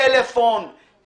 טלפון,